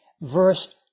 verse